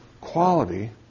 quality